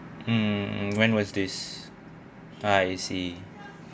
mm when was this I see